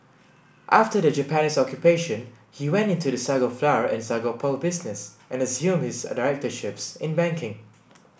after the Japanese Occupation he went into the sago flour and sago pearl business and assumed his directorships in banking